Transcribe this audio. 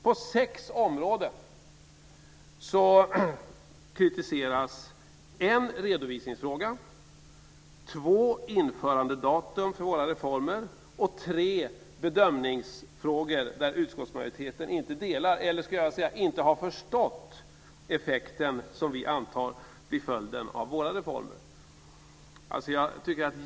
På sex områden kritiseras en redovisningsfråga, två införandedatum för våra reformer och tre bedömningsfrågor, där utskottsmajoriteten inte har förstått den effekt som vi antar blir följden av våra reformer.